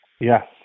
Yes